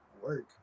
Work